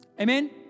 Amen